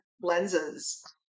lenses